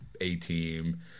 A-team